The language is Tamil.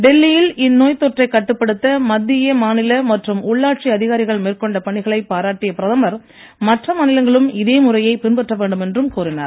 டெல்லியில் இந்நோய் தொற்றைக் கட்டுப்படுத்த மத்திய மாநில மற்றும் உள்ளாட்சி அதிகாரிகள் மேற்கொண்ட பணிகளை பாராட்டிய பிரதமர் மற்ற மாநிலங்களும் இதே முறையை பின்பற்ற வேண்டும் என்றும் கூறினார்